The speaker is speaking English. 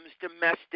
domestic